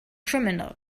criminals